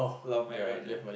love marriage ah